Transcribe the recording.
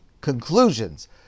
conclusions